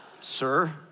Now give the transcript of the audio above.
Sir